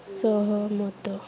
ସହମତ